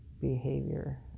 behavior